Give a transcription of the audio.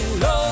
love